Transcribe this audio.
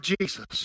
Jesus